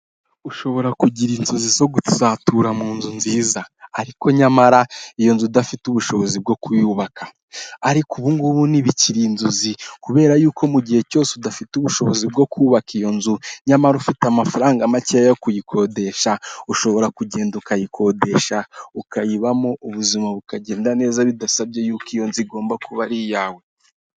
Ushobora kugira inzozi zo guzatura mu nzu nziza ariko nyamara iyo nzu udafite ubushobozi bwo kuyubaka ariko ubungubu ntibikiri inzozi kubera yuko mu gihe cyose udafite ubushobozi bwo kubaka iyo nzu nyamara ufite amafaranga make yo kuyikodesha ushobora kugenda ukayikodesha ukayibamo ubuzima bukagenda neza bidasabye yuko iyo nzu igomba kuba ari iyawe.